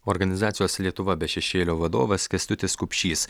organizacijos lietuva be šešėlio vadovas kęstutis kupšys